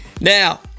Now